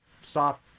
stop